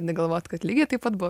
negalvot kad lygiai taip pat buvo